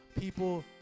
people